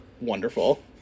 wonderful